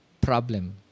problem